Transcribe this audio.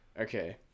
Okay